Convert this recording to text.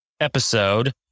episode